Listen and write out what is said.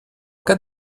cas